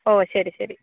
ഓ ശരി ശരി